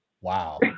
Wow